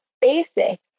basic